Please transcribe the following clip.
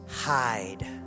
hide